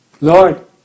lord